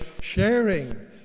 sharing